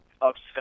upset